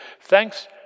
thanks